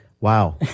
Wow